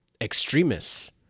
extremists